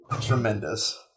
Tremendous